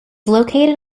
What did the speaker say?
located